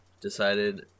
decided